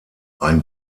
ein